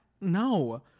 No